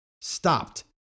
stopped